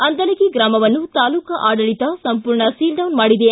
ಅಂದಲಗಿ ಗ್ರಾಮವನ್ನು ತಾಲೂಕಾ ಆಡಳಿತ ಸಂಪೂರ್ಣ ಸೀಲ್ಡೌನ್ ಮಾಡಿದೆ